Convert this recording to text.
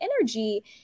energy